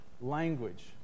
language